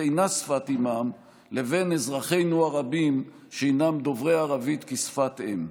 אינה שפת אימם לבין אזרחינו הרבים שהם דוברי ערבית כשפת אם.